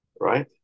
right